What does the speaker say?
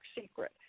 secret